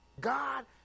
God